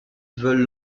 veulent